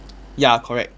ya correct